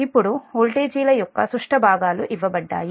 ఇప్పుడు వోల్టేజీల యొక్క సుష్ట భాగాలు ఇవ్వబడ్డాయి